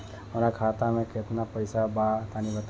हमरा खाता मे केतना पईसा बा तनि बताईं?